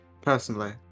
personally